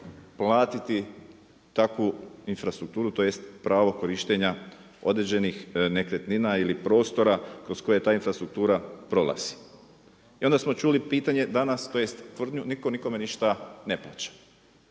platiti takvu infrastrukturu, tj. pravo korištenja određenih nekretnina ili prostora kroz koje ta infrastruktura prolazi. I onda smo čuli pitanje danas, tj. tvrdnju, nitko nikome ništa ne plaća.